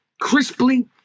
crisply